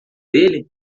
dele